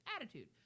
attitude